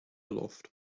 aloft